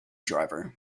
driver